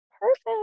perfect